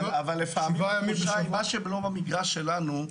אבל לפעמים --- שלנו לא קיים.